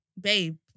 babe